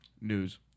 news